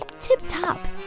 tip-top